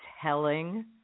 telling